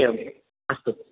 एवम् अस्तु